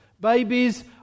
babies